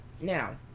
Now